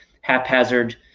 haphazard